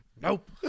Nope